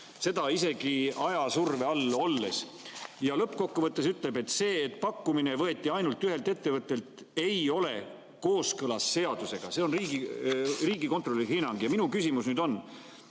seda isegi ajasurve all olles. Lõppkokkuvõttes [riigikontrolör] ütleb, et see, et pakkumine võeti ainult ühelt ettevõttelt, ei ole kooskõlas seadusega. See on riigikontrolöri hinnang. Minu küsimus on: